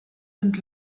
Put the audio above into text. sind